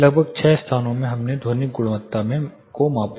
लगभग 6 स्थानों में हमने ध्वनिक गुणवत्ता में मापा